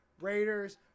Raiders